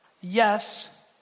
Yes